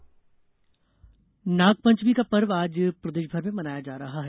नागपंचमी नागपंचमी का पर्व आज प्रदेशभर में मनाया जा रहा है